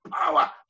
power